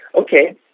Okay